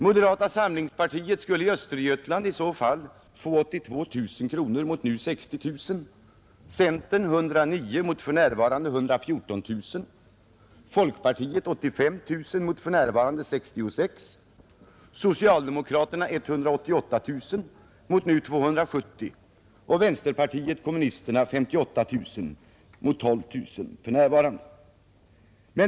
Moderata samlingspartiet skulle i Östergötland i så fall få 82 000 kronor mot nu 60 000, centerpartiet 109 000 mot för närvarande 114 000, folkpartiet 85 000 mot 66 000, socialdemokraterna 188 000 mot nu 270 000 och vänsterpartiet kommunisterna 58 000 mot 12 000 för närvarande.